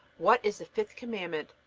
what is the fifth commandment?